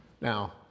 now